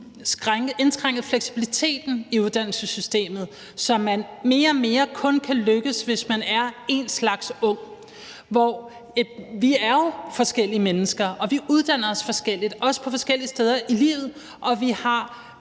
indskrænket fleksibiliteten i uddannelsessystemet, så man mere og mere kun kan lykkes, hvis man er én slags ung. Vi er jo forskellige mennesker, og vi uddanner os forskelligt, også på forskellige steder i livet, og vi har